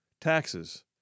Taxes